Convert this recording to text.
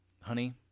honey